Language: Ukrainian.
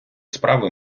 справи